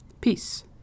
peace